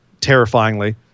terrifyingly